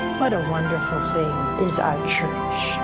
but a wonderful thing is our church.